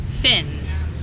fins